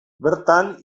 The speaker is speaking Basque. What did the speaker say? bertan